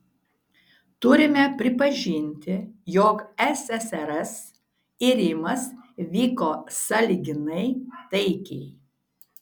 turime pripažinti jog ssrs irimas vyko sąlyginai taikiai